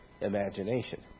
imagination